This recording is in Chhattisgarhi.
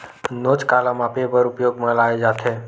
नोच काला मापे बर उपयोग म लाये जाथे?